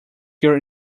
your